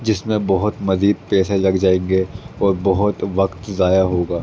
جس میں بہت مزید پیسے لگ جائیں گے اور بہت وقت ضائع ہوگا